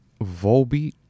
Volbeat